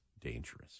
dangerous